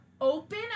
open